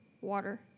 water